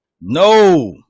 No